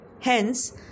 Hence